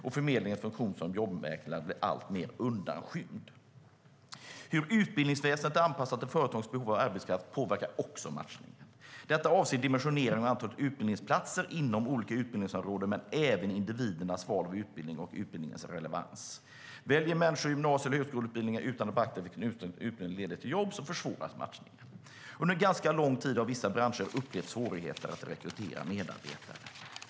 Arbetsförmedlingens jobbmäklande funktion blir alltmer undanskymd. Hur utbildningsväsendet är anpassat till företagens behov av arbetskraft påverkar också matchningen. Detta avser dimensioneringen av antalet utbildningsplatser inom olika utbildningsområden men även individernas val av utbildning och utbildningens relevans. Väljer människor gymnasie eller högskoleutbildningar utan att beakta vilka utbildningar som leder till jobb försvåras matchningen. Under ganska lång tid har vissa branscher uppgett svårigheter att rekrytera medarbetare.